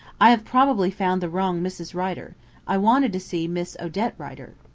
i have probably found the wrong mrs. rider i wanted to see miss odette rider.